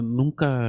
nunca